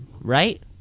right